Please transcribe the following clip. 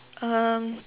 um